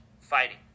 fighting